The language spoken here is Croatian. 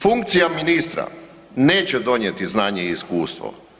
Funkcija ministra neće donijeti znanje i iskustvo.